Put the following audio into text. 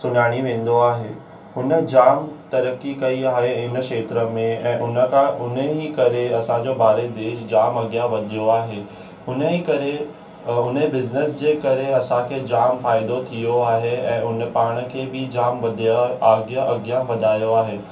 सुञाणी वेंदो आहे उन जामु तरक़ी कई आहे इन क्षेत्र में ऐं उन तां उन ई करे असांजो भारत देश जामु अॻियां वधियो आहे उन ई करे उन बिज़नेस जे करे असांखे जामु फ़ाइदो थियो आहे ऐं उन पाण खे बि जामु वधिया अॻियां अॻियां वधायो आहे